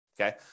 okay